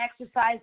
exercise